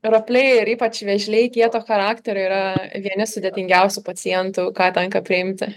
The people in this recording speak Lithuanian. ropliai ir ypač vėžliai kieto charakterio yra vieni sudėtingiausių pacientų ką tenka priimti